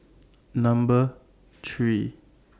Number three